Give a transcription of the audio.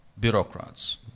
bureaucrats